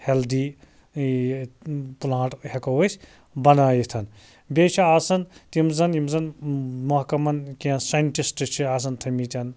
healthy یہِ plant ہیٚکو أسۍ بَنٲوِتھ بیٚیہِ چھِ آسان تِم زَن یِم زَن محکمَن کیٚنٛہہ سیٚنٹِسٹہٕ چھِ آسان تھٲمتۍ